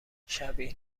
شبیه